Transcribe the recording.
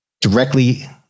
directly